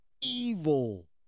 evil